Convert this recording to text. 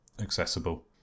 accessible